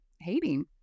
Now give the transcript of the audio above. hating